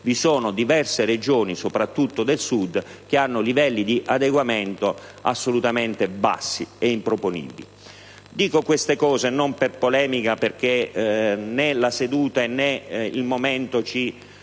vi sono diverse Regioni, soprattutto del Sud, che hanno livelli di adeguamento assolutamente bassi e improponibili. Dico queste cose non per polemica, perché né la seduta né il momento ci